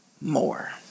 more